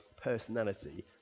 personality